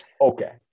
Okay